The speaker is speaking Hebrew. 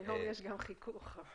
היום יש גם חיכוך אבל